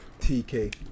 TK